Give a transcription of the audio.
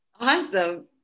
Awesome